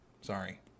Sorry